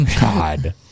God